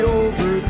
over